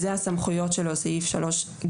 זה הסמכויות שלו, סעיף 3(ג)(א).